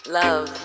love